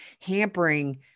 hampering